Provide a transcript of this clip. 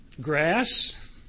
Grass